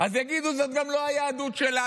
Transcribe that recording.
אז יגידו: זאת גם לא היהדות שלנו.